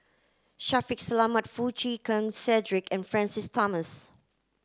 Shaffiq Selamat Foo Chee Keng Cedric and Francis Thomas